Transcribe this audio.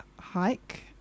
hike